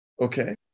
okay